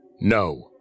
no